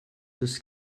das